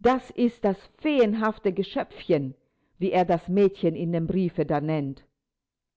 das ist das feenhafte geschöpfchen wie er das mädchen in dem briefe da nennt